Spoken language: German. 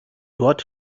dort